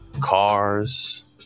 cars